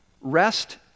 Rest